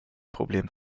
problem